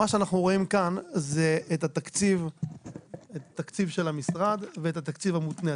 מה שאנחנו רואים כאן זה את התקציב של המשרד ואת התקציב המותנה.